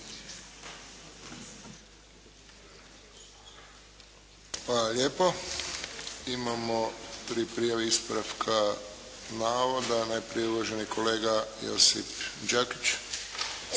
Hvala lijepo. Imamo tri prijave ispravka navoda. Najprije uvaženi kolega Josip Đakić.